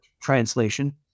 translation